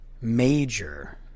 major